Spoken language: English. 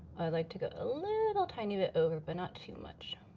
i like to go a little tiny bit over, but not too much.